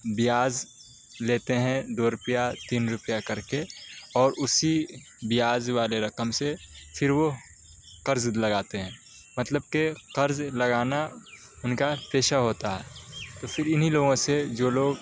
بیاج لیتے ہیں دو روپیہ تین روپیہ کر کے اور اسی بیاج والے رقم سے پھر وہ قرض لگاتے ہیں مطلب کہ قرض لگانا ان کا پیشہ ہوتا ہے تو پھر انہیں لوگوں سے جو لوگ